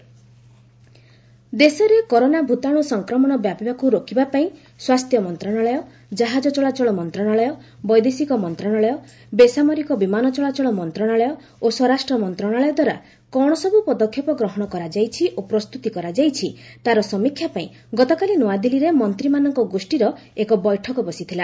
corona virus ଦେଶରେ corona ଭୂତାଣୁ ସଂକ୍ରମଣ ବ୍ୟାପିବାକୁ ରୋକିବା ପାଇଁ ସ୍ୱାସ୍ଥ୍ୟ ମନ୍ତ୍ରଣାଳୟ ଜାହାଜ ଚଳାଚଳ ମନ୍ତ୍ରଣାଳୟ ବୈଦେଶିକ ମନ୍ତ୍ରଣାଳୟ ବେସାମରିକ ବିମାନ ଚଳାଚଳ ମନ୍ତ୍ରଣାଳୟ ଓ ସ୍ୱରାଷ୍ଟ୍ର ମନ୍ତ୍ରଣାଳୟ ଦ୍ୱାରା କ'ଣ ସବୁ ପଦକ୍ଷେପ ଗ୍ରହଣ କରାଯାଇଛି ଓ ପ୍ରସ୍ତୁତି କରାଯାଇଛି ତା'ର ସମୀକ୍ଷା ପାଇଁ ଗତକାଲି ନୁଆଦିଲ୍ଲୀରେ ମନ୍ତ୍ରୀମାନଙ୍କ ଗୋଷ୍ଠୀର ଏକ ବୈଠକ ବସିଥିଲା